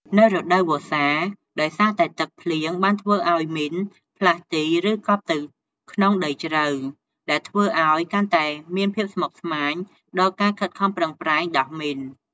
នៅរដូវវស្សា ដោយសារតែទឹកភ្លៀង បានធ្វើឱ្យមីនផ្លាស់ទី ឬ កប់ទៅក្នុងដីជ្រៅ ដែលធ្វើឱ្យកាន់តែមានភាពស្មុគស្មាញដល់ការខិតខំប្រឹងប្រែងដោះមីន។